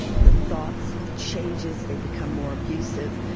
the thoughts, it changes, they become more abusive.